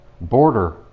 border